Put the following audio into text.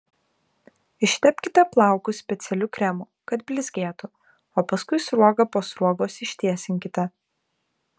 ištepkite plaukus specialiu kremu kad blizgėtų o paskui sruoga po sruogos ištiesinkite